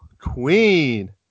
Queen